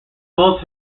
most